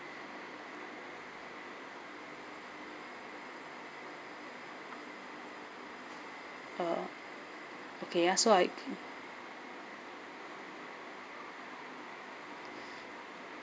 uh okay ya so I